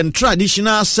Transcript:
traditional